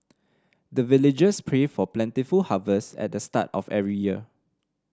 the villagers pray for plentiful harvest at the start of every year